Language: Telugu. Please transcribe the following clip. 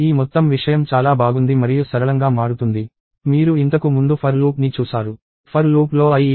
ఈ మొత్తం విషయం చాలా బాగుంది మరియు సరళంగా మారుతుంది మీరు ఇంతకు ముందు for loopని చూసారు